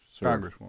Congresswoman